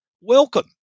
welcome